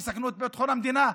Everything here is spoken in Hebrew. יסכנו את ביטחון המדינה?